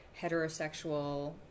heterosexual